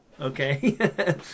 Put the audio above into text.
okay